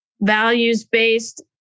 values-based